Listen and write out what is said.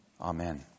Amen